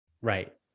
Right